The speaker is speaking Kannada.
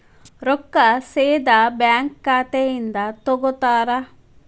ರೊಕ್ಕಾ ಸೇದಾ ಬ್ಯಾಂಕ್ ಖಾತೆಯಿಂದ ತಗೋತಾರಾ?